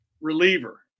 reliever